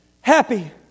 Happy